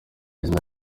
izina